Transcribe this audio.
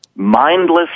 Mindless